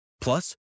Plus